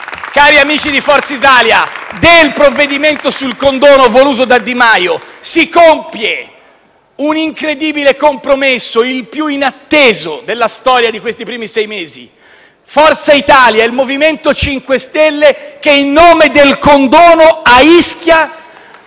cari amici di Forza Italia, votate a favore del provvedimento sul condono voluto da Di Maio, si compie un incredibile compromesso, il più inatteso della storia di questi primi sei mesi: Forza Italia e il MoVimento 5 Stelle, che in nome del condono a Ischia,